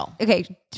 Okay